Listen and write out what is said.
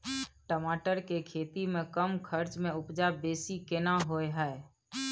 टमाटर के खेती में कम खर्च में उपजा बेसी केना होय है?